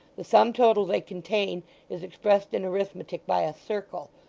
the sum-total they contain is expressed in arithmetic by a circle,